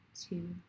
two